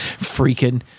freaking